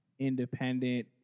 independent